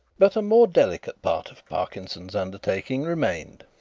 but a more delicate part of parkinson's undertaking remained.